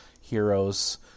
Heroes